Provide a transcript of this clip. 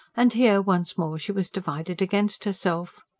and here once more she was divided against herself.